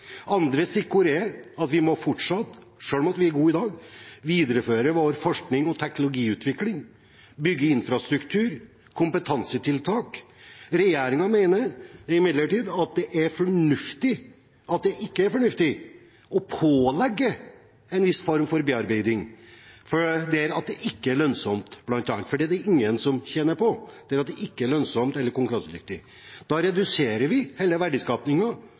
Andre stikkord er at vi, selv om vi er gode i dag, fortsatt må videreføre vår forskning og teknologiutvikling, bygge infrastruktur, komme med kompetansetiltak. Regjeringen mener imidlertid at det ikke er fornuftig å pålegge en viss form for bearbeiding der det ikke er lønnsomt, bl.a. – det er ingen som tjener på det der det ikke er lønnsomt eller konkurransedyktig. Da reduserer vi